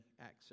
access